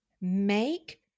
make